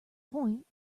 point